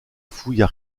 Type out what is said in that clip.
fouilles